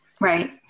Right